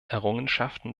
errungenschaften